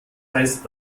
heißt